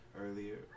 earlier